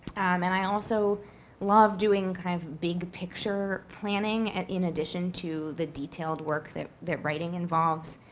and i also love doing kind of big picture planning, and in addition to the detailed work that that writing involves.